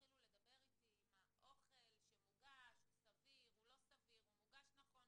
התחילו לדבר איתי אם האוכל שמוגש הוא סביר ומוגש נכון,